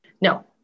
No